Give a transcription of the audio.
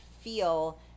feel